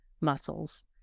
muscles